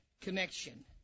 connection